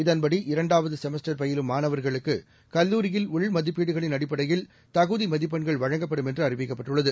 இதன்படி இரண்டாவது செமஸ்டர் பயிலும் மாணவர்களுக்கு கல்லூரியில் உள்மதிப்பீடுகளின் அடிப்படையில் தகுதி மதிப்பெண்கள் வழங்கப்படும் என்று அறிவிக்கப்பட்டுள்ளது